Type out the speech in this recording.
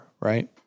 right